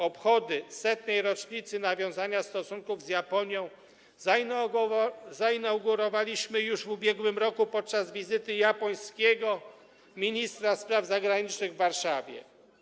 Obchody 100. rocznicy nawiązania stosunków z Japonią zainaugurowaliśmy już w ubiegłym roku, podczas wizyty japońskiego ministra spraw zagranicznych w Warszawie.